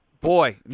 Boy